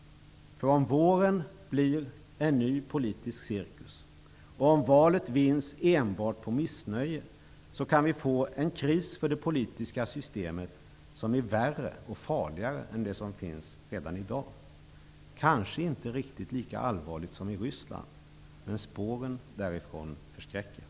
Om våren blir en ny politisk cirkus och om valet vinns enbart på missnöje kan vi få en kris för det politiska systemet som är värre och farligare än den som finns redan i dag -- kanske inte riktigt lika allvarlig som i Ryssland, men spåren därifrån förskräcker.